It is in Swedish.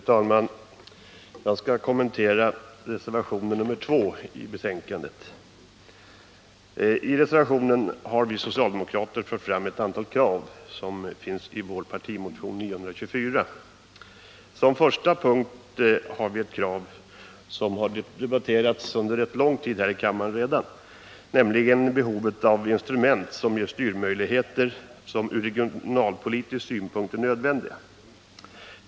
Fru talman! Jag skall kommentera reservation 2 vid betänkande 23. I reservationen har vi socialdemokrater fört fram ett antal krav som finns i vår partimotion 994. Som första punkt har vi ett krav som redan debatterats under rätt lång tid här i kammaren, nämligen behovet av instrument som ger styrmöjligheter som ur regionalpolitisk synpunkt är nödvändiga.